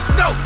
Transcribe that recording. no